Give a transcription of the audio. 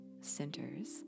centers